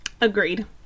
Agreed